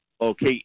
okay